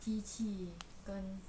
机器跟